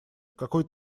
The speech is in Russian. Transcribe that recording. какой